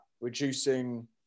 reducing